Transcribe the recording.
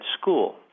school